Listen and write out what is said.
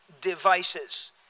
devices